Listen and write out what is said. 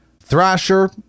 Thrasher